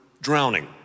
drowning